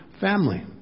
family